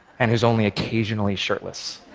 and who is only occasionally shirtless.